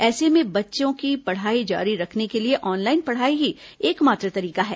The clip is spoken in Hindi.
ऐसे में बच्चें की पढ़ाई जारी के लिए ऑनलाइन पढ़ाई ही एकमात्र तरीका है